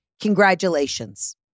Congratulations